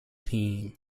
team